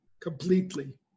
completely